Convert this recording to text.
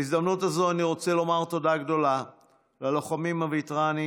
בהזדמנות הזו אני רוצה לומר תודה גדולה ללוחמים הווטרנים,